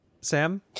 Sam